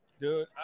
Dude